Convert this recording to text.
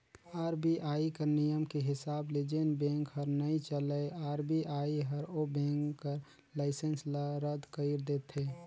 RBI कर नियम के हिसाब ले जेन बेंक हर नइ चलय आर.बी.आई हर ओ बेंक कर लाइसेंस ल रद कइर देथे